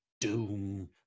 doom